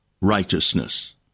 righteousness